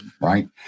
right